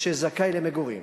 שזכאי למגורים.